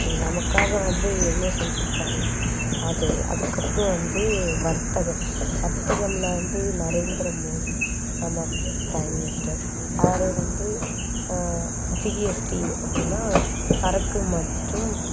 நமக்காக வந்து எவ்வளோ செஞ்சிருக்காருல்ல அது அதுக்கப்புறம் வந்து வர்த்தகம் வர்த்தகம்ல வந்து நரேந்திர மோடி நம்ம ப்ரைம் மினிஸ்டர் அவரே வந்து ஜிஎஸ்டி அப்படின்னா சரக்கு மற்றும்